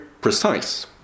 precise